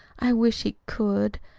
i wish he could.